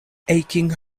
aching